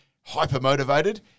hyper-motivated